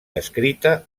descrita